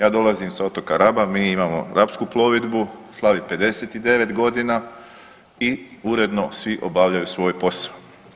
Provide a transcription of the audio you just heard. Ja dolazim sa otoka Raba, mi imamo Rapsku plovidbu, slavi 59.g. i uredno svi obavljaju svoj posao.